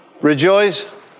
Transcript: Rejoice